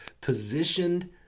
positioned